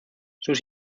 sus